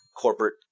corporate